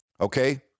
okay